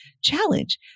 challenge